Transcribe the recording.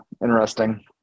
Interesting